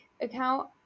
account